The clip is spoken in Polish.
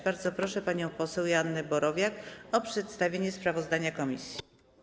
Bardzo proszę panią poseł Joannę Borowiak o przedstawienie sprawozdania komisji.